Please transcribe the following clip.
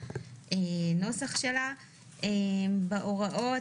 אכן הנוסח הוקרא ודיברנו ודנו בכל העניינים.